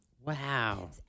Wow